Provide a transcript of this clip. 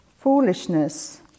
Foolishness